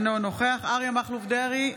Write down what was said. אינו נוכח אריה מכלוף דרעי,